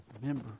remember